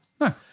No